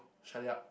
shut it up